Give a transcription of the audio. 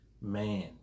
man